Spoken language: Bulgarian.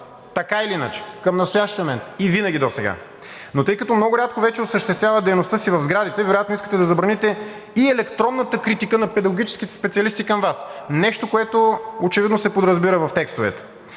така или иначе към настоящия момент, и винаги досега. Но тъй като много рядко вече осъществяват дейността си в сградите, вероятно искате да забраните и електронната критика на педагогическите специалисти към Вас – нещо, което очевидно се подразбира в текстовете.